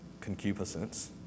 concupiscence